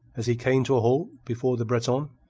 as he came to a halt before the breton,